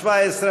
הכנסת.